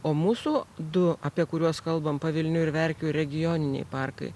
o mūsų du apie kuriuos kalbam pavilnių ir verkių regioniniai parkai